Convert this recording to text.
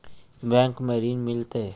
Bank में ऋण मिलते?